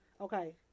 Okay